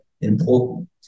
important